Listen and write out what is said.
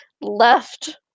left